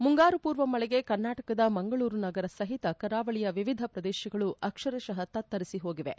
ಮುಂಗಾರು ಪೂರ್ವ ಮಳೆಗೆ ಮಂಗಳೂರು ನಗರ ಸಹಿತ ಕರಾವಳಿಯ ವಿವಿಧ ಪ್ರದೇಶಗಳು ಅಕ್ಷರಶಃ ತತ್ತರಿಖ ಹೋಗಿವೆ